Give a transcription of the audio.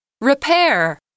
Repair